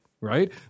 right